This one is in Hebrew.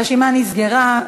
הרשימה נסגרה.